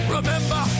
Remember